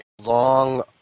long